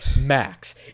max